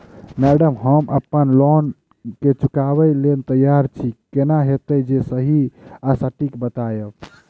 Madam हम अप्पन loan केँ चुकाबऽ लैल तैयार छी केना हएत जे सही आ सटिक बताइब?